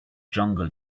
jungle